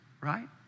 right